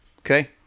Okay